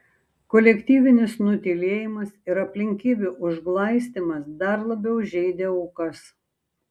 kolektyvinis nutylėjimas ir aplinkybių užglaistymas dar labiau žeidė aukas